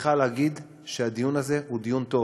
צריכה להגיד שהדיון הזה הוא דיון טוב,